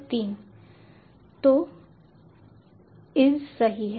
तो इज सही है